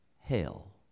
Hail